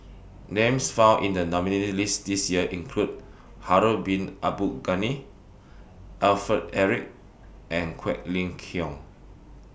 Names found in The nominees' list This Year include Harun Bin Abdul Ghani Alfred Eric and Quek Ling Kiong